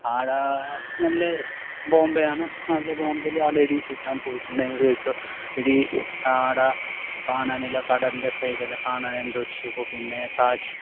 ആട നല്ല ബോംബയാണ് നല്ല ബോംബെയിൽ ആടെ എടി ചുറ്റാൻ പോയിട്ടുണ്ടായിരുന്നു എടീ ആടെ കാണാനുള്ള കടലിൻ്റെ സൈഡെല്ലാം കാണാൻ എന്തൊരു സുഖ പിന്നെ താജ്